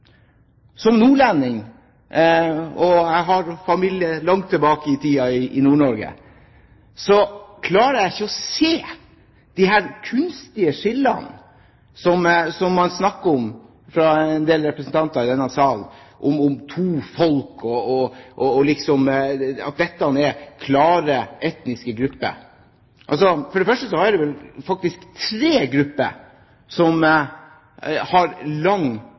Som nordlending – jeg har familie langt tilbake i tiden i Nord-Norge – klarer jeg ikke å se det kunstige skillet som man snakker om fra en del representanter i denne salen, om to folk, og at dette er klare etniske grupper. For det første, så er det vel faktisk tre grupper som har lang